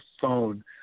phone